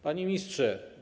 Panie Ministrze!